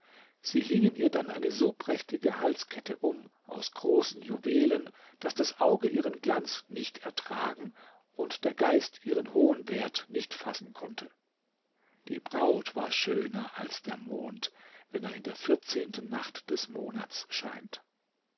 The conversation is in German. sie hingen ihr dann eine so prächtige halskette um aus großen juwelen daß das auge ihren glanz nicht ertragen und der geist ihren hohen wert nicht fassen konnte die braut war schöner als der mond wenn er in der vierzehnten nacht des monats scheint